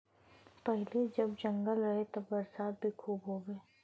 पहिले जब जंगल रहे त बरसात भी खूब होखे